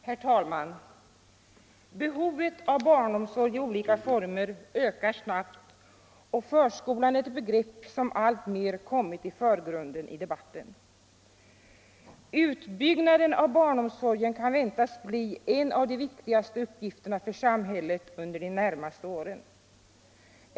Herr talman! Behovet av barnomsorg i olika former ökar snabbt, och förskolan är ett begrepp som alltmer kommit i förgrunden för debatten. Utbyggnaden av barnomsorgen kan väntas bli en av de viktigaste uppgifterna för samhället under de närmaste åren.